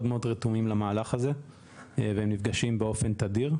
רתומים למהלך הזה והם נפגשים באופן תדיר,